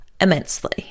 immensely